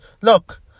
Look